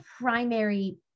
primary